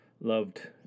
loved